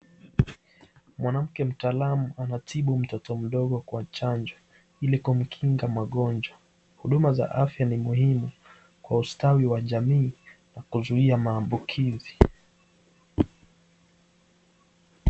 Mwanamke mtaalamu anatibu mtoto mdogo kwa chanjo ili kumkinga magonjwa. Huduma za afya ni muhimu kwa ustawi wa jamii kuzuia maambukizi.